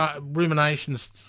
Ruminations